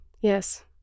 Yes